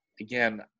again